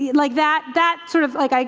yeah like that? that sort of, like i